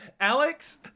Alex